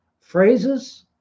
phrases